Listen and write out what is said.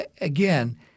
Again